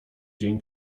dzień